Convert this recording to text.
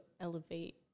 elevate